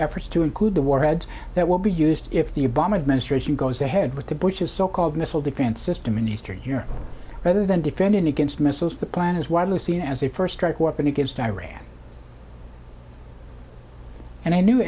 efforts to include the warheads that will be used if the obama administration goes ahead with the bush's so called missile defense system in eastern europe rather than defending against missiles the plan is widely seen as a first strike weapon against iran and i new